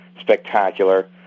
spectacular